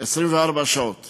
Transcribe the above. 24 שעות